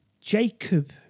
Jacob